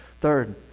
Third